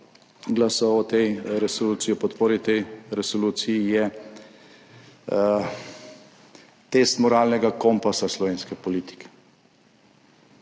glasoval o tej resoluciji, o podpori tej resoluciji, je test moralnega kompasa slovenske politike.